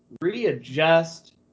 readjust